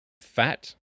fat